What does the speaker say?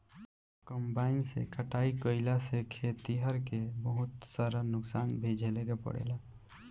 combine से कटाई कईला से खेतिहर के बहुत सारा नुकसान भी झेले के पड़ेला